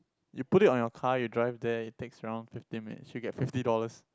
you put it on your car you drive there it takes around fifteen minutes you get fifty dollars